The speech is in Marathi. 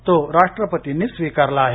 तो राष्ट्रपतींनी स्विकारला आहे